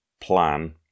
plan